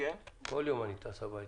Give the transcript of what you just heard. כל יום אני טס הביתה.